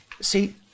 See